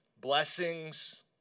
blessings